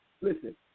Listen